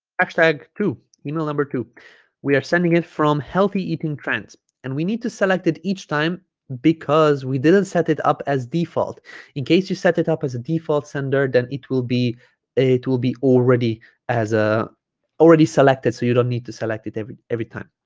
hashtag two email number two we are sending it from healthy eating trends and we need to select it each time because we didn't set it up as default in case you set it up as a default sender then it will be it will be already as ah already selected so you don't need to select it every every time